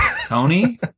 Tony